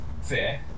Fair